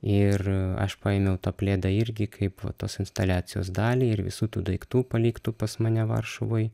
ir aš paėmiau tą pledą irgi kaip va tos instaliacijos dalį ir visų tų daiktų paliktų pas mane varšuvoj